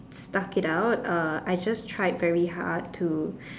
stuck it out I just tried very hard to